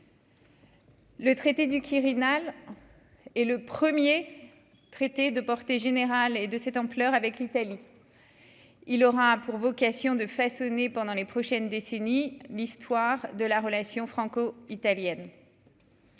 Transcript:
Le traité du Quirinal et le 1er traité de portée générale, et de cette ampleur avec l'Italie, il aura pour vocation de façonner pendant les prochaines décennies, l'histoire de la relation franco-italienne.